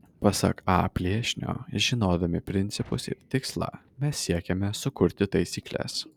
pasak a plėšnio žinodami principus ir tikslą mes siekiame sukurti taisykles